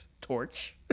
torch